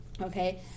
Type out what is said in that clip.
okay